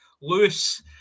Lewis